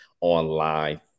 online